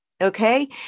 Okay